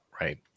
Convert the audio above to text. right